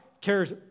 cares